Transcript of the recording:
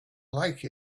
like